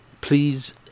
please